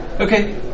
Okay